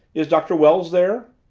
is doctor wells there?